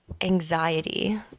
anxiety